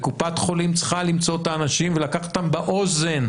וקופת חולים צריכה למצוא את האנשים ולקחת אותם באוזן,